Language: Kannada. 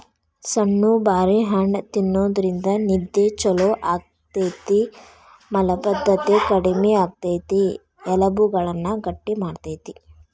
ಸಣ್ಣು ಬಾರಿ ಹಣ್ಣ ತಿನ್ನೋದ್ರಿಂದ ನಿದ್ದೆ ಚೊಲೋ ಆಗ್ತೇತಿ, ಮಲಭದ್ದತೆ ಕಡಿಮಿ ಮಾಡ್ತೆತಿ, ಎಲಬುಗಳನ್ನ ಗಟ್ಟಿ ಮಾಡ್ತೆತಿ